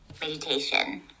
meditation